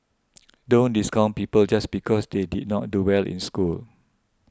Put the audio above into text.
don't discount people just because they did not do well in school